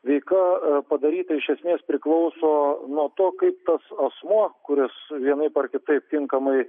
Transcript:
veika padaryta iš esmės priklauso nuo to kaip tas asmuo kuris vienaip ar kitaip tinkamai